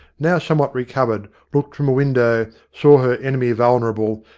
now some what recovered, looked from a window, saw her enemy vulnerable,